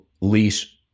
lease